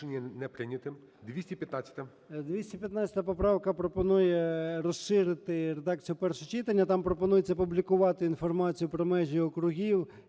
215 поправка пропонує розширити редакцію першого читання. Там пропонується опублікувати інформацію про межі округів